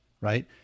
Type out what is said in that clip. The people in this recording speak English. right